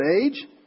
age